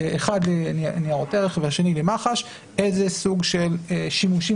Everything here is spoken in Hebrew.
האחד לניירות ערך והשני למח"ש איזה סוג של שימושים